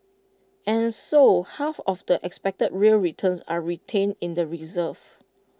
and so half of the expected real returns are retained in the reserves